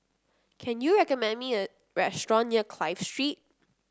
can you recommend me a restaurant near Clive Street